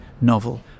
novel